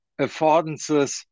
affordances